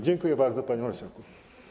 Dziękuję bardzo, panie marszałku.